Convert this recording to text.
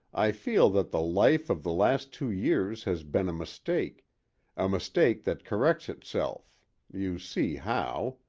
i feel that the life of the last two years has been a mistake a mistake that corrects itself you see how.